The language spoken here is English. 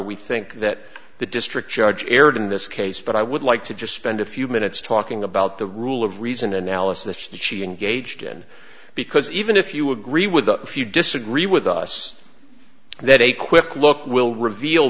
we think that the district judge erred in this case but i would like to just spend a few minutes talking about the rule of reason analysis that she engaged in because even if you agree with the if you disagree with us that a quick look will reveal